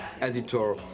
editor